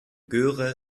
göre